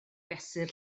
fesur